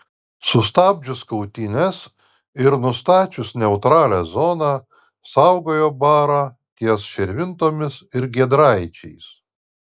sustabdžius kautynes ir nustačius neutralią zoną saugojo barą ties širvintomis ir giedraičiais